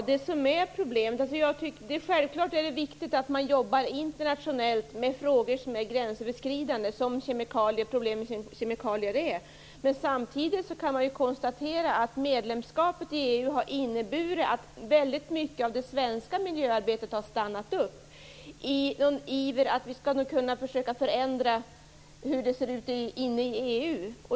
Herr talman! Självfallet är det viktigt att man jobbar internationellt med frågor som är gränsöverskridande, vilket problemet med kemikalier är. Samtidigt kan man konstatera att medlemskapet i EU har inneburit att mycket av det svenska miljöarbetet har stannat upp i en iver att vi skall kunna förändra hur det ser ut inne i EU.